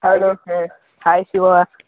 hello దోస్త్ hi Shiva